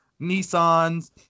Nissans